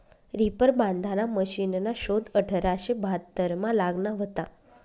reaper बांधाना मशिनना शोध अठराशे बहात्तरमा लागना व्हता